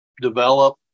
develop